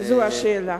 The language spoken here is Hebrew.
זו השאלה.